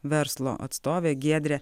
verslo atstovė giedrė